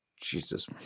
Jesus